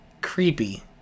creepy